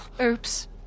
Oops